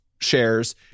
shares